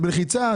זה בלחיצה,